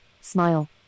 smile